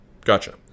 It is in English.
Gotcha